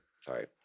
sorry